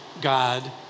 God